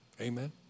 Amen